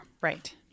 Right